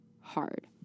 hard